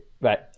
Right